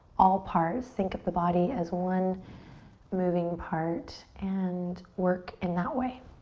all parts. think of the body as one moving part and work in that way.